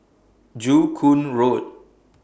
Joo Koon Road